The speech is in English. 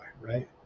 right